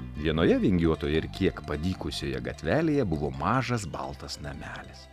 vienoje vingiuotoje ir kiek padykusioje gatvelėje buvo mažas baltas namelis